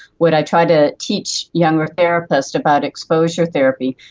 what i try to teach younger therapists about exposure therapy,